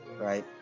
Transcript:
Right